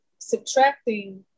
subtracting